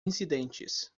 incidentes